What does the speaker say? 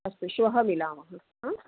अस्तु श्वः मिलामः हा